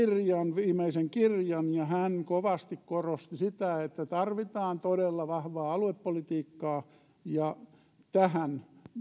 viimeisen kirjan ja hän kovasti korosti sitä että tarvitaan todella vahvaa aluepolitiikkaa tähän